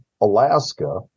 Alaska